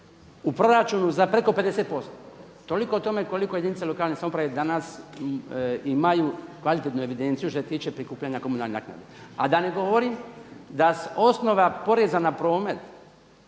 u proračunu za preko 50%. Toliko o tome koliko jedinice lokalne samouprave danas imaju kvalitetnu evidenciju što se tiče prikupljanja komunalnih naknada. A da ne govorim da s osnova poreza na promet